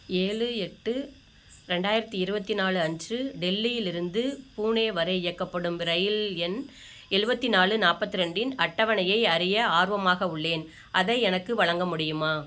ஏழு எட்டு ரெண்டாயிரத்தி இருபத்தி நாலு அன்று டெல்லியிலிருந்து புனே வரை இயக்கப்படும் இரயில் எண் எழுவத்தி நாலு நாற்பத்து ரெண்டு இன் அட்டவணையை அறிய ஆர்வமாக உள்ளேன் அதை எனக்கு வழங்க முடியுமா